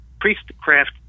priestcraft